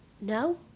No